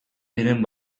diren